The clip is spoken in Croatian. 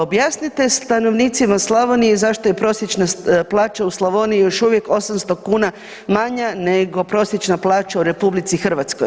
Objasnite stanovnicima Slavonije zašto je prosječna plaća u Slavoniji još uvijek 800 kuna manja nego prosječna plaća u RH.